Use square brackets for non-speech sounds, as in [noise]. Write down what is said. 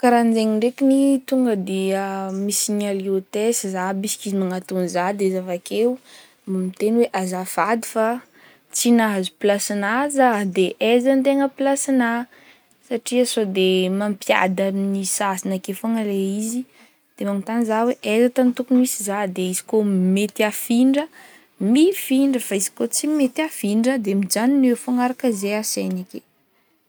Karahanzegny ndraikiny tonga de [hesitation] misignaler hotesse za, bisik'izy magnantogny za, de izy avakeo mitegny hoe azafady fa tsy nahazo plasignahy za, de eza no tegna plasigna de sode mampiady amin'ny sasagny ake fôgna le izy, de magnotany za hoe eza tany tôkony hisy za, izy koa mety afindra de mifindra izy kaofa tsy mety afindra de mijanona eo fogna araka ze asaigny ake.